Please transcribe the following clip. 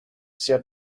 their